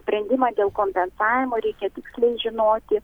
sprendimą dėl kompensavimo reikia tiksliai žinoti